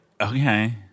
Okay